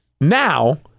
Now